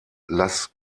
las